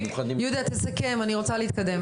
יהודה, תסכם, אני רוצה להתקדם.